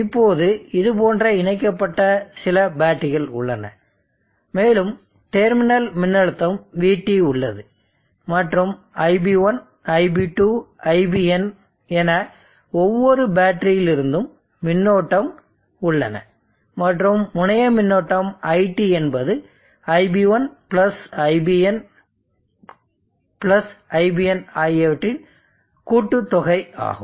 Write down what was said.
இப்போது இதுபோன்று இணைக்கப்பட்ட சில பேட்டரிகள் உள்ளன மேலும் டெர்மினல் மின்னழுத்தம் VT உள்ளது மற்றும் iB1iB2iBn என ஒவ்வொரு பேட்டரியிலிருந்தும் மின்னோட்டம் உள்ளன மற்றும் முனைய மின்னோட்டம் IT என்பது iB1iBniBn ஆகியவற்றின் கூட்டுத்தொகை ஆகும்